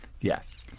Yes